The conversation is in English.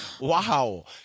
Wow